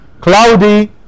cloudy